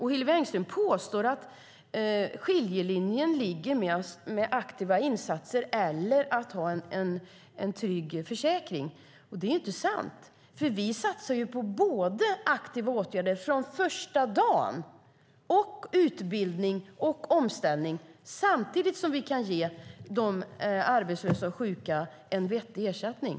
Hillevi Engström påstår att skiljelinjen går mellan aktiva insatser och att ha en trygg försäkring. Det är inte sant. Vi satsar på aktiva åtgärder från första dagen, utbildning och omställning samtidigt som vi kan ge de arbetslösa och sjuka en vettig ersättning.